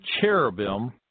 cherubim